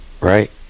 Right